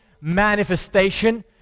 manifestation